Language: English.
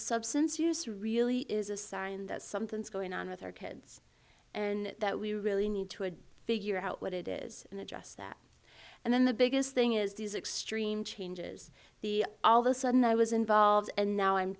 substance use really is a sign that something is going on with our kids and that we really need to a figure out what it is and address that and then the biggest thing is these extreme changes the all the sudden i was involved and now i'm